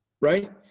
right